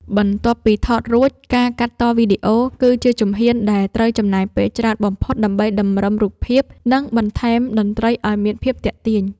បន្ទាប់ពីថតរួច ការកាត់តវីដេអូ គឺជាជំហានដែលត្រូវចំណាយពេលច្រើនបំផុតដើម្បីតម្រឹមរូបភាព និងបន្ថែមតន្ត្រីឱ្យមានភាពទាក់ទាញ។